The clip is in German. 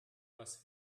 was